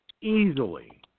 Easily